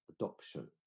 adoption